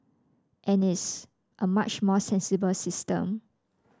and it's a much more sensible system